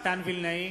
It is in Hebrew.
מתן וילנאי,